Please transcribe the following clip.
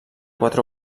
quatre